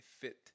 fit